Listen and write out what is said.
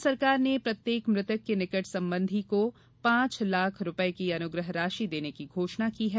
राज्य सरकार ने प्रत्येक मृतक के निकट संबंधी को पांच लाख रुपए की अनुग्रह राशि देने की घोषणा की है